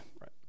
right